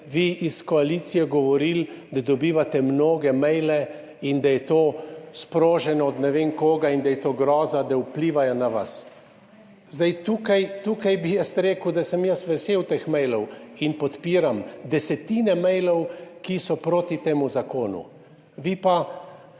vi iz koalicije govorili, da dobivate mnoge maile in da je to sproženo od ne vem koga in da je to groza, da vplivajo na vas. Tukaj bi rekel, da sem jaz vesel teh mailov in podpiram desetine mailov, ki so proti temu zakonu, vi pa,